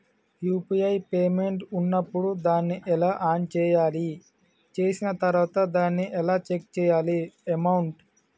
UPI payment ఉన్నప్పుడు దాన్ని ఎలా ఆన్ చేయాలి? చేసిన తర్వాత దాన్ని ఎలా చెక్ చేయాలి అమౌంట్?